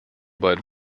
beiden